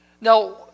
Now